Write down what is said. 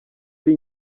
ari